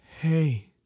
Hey